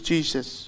Jesus